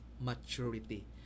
maturity